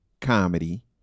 Comedy